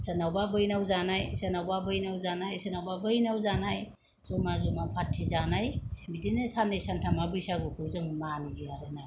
सोरनावबा बैनाव जानाय सोरनावबा बैनाव जानाय ज'मा ज'मा पार्टि जानाय बिदिनो साननै सानथामा बैसागुखौ जों मागियो आरो ना